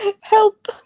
Help